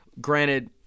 Granted